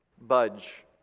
budge